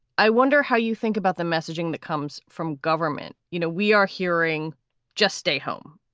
i wonder how you think about the messaging that comes from government. you know, we are hearing just stay home.